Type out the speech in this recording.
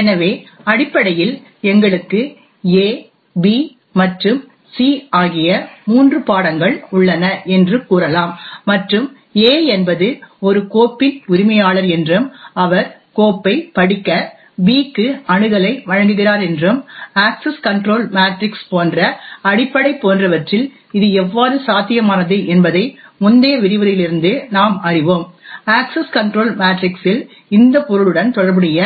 எனவே அடிப்படையில் எங்களுக்கு A B மற்றும் C ஆகிய மூன்று பாடங்கள் உள்ளன என்று கூறலாம் மற்றும் A என்பது ஒரு கோப்பின் உரிமையாளர் என்றும் அவர் கோப்பைப் படிக்க B க்கு அணுகலை வழங்குகிறார் என்றும் அக்சஸ் கன்ட்ரோல் மேட்ரிக்ஸ் போன்ற அடிப்படை போன்றவற்றில் இது எவ்வாறு சாத்தியமானது என்பதை முந்தைய விரிவுரையிலிருந்து நாம் அறிவோம் அக்சஸ் கன்ட்ரோல் மேட்ரிக்ஸில் இந்த பொருளுடன் தொடர்புடைய